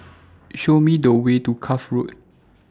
Show Me The Way to Cuff Road